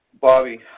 Bobby